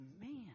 man